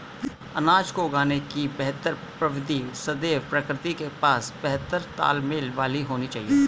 अनाज को उगाने की बेहतर प्रविधि सदैव प्रकृति के साथ बेहतर तालमेल वाली होनी चाहिए